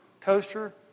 coaster